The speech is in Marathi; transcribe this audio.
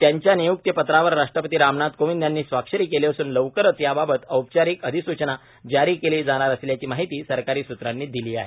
त्यांच्या निय्क्तीपत्रावर राष्ट्रपती रामनाथ कोविंद यांनी स्वाक्षरी केली असून लवकरच याबाबत औपचारिक अधिसूचना जारी केली जाणार असल्याची माहिती सरकारी सूत्रांनी दिली आहे